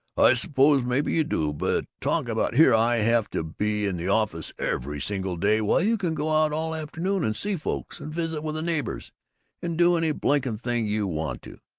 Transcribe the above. i suppose maybe you do! but talk about here i have to be in the office every single day, while you can go out all afternoon and see folks and visit with the neighbors and do any blinkin' thing you want to!